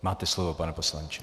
Máte slovo, pane poslanče.